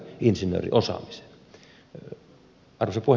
arvoisa puhemies